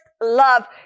love